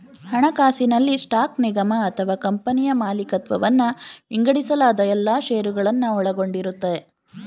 ಹಣಕಾಸಿನಲ್ಲಿ ಸ್ಟಾಕ್ ನಿಗಮ ಅಥವಾ ಕಂಪನಿಯ ಮಾಲಿಕತ್ವವನ್ನ ವಿಂಗಡಿಸಲಾದ ಎಲ್ಲಾ ಶೇರುಗಳನ್ನ ಒಳಗೊಂಡಿರುತ್ತೆ